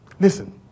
Listen